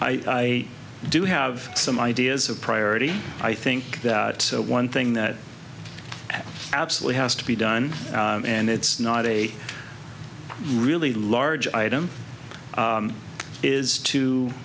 i do have some ideas of priority i think that one thing that absolutely has to be done and it's not a really large item is to